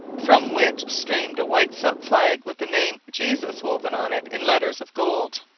from which streamed a white silk flag with the name jesus woven on it in letters of gold.